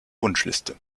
wunschliste